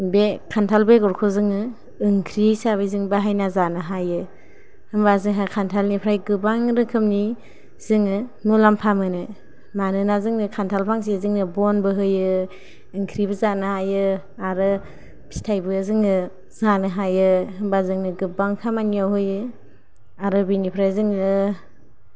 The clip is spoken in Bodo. बे खान्थाल बेगरखौ जोंयो ओंख्रि हिसाबै जों बाहायना जानो हायो होमबा जोंहा खान्थालनिफ्राय गोबां रोखोमनि जोङो मुलाम्फा मोनो मानोना जोङो खान्थाल फांसे जोंनो बनबो होयो ओंख्रिबो जानो हायो आरो फिथायबो जोंङो जानो हायो होमबा जोंनो गाबां खामानियाव होयो आरो बेनिफ्राय जोङो